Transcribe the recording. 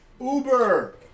Uber